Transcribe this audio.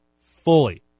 fully